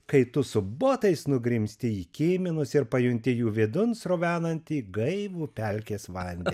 kai tu su botais nugrimzti į kiminus ir pajunti jų vidun srovenantį gaivų pelkės vande